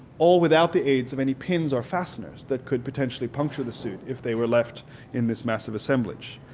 all without the aids of any pins or fasteners that could potentially puncture the suit if they were left in this massive assemblage.